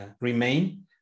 remain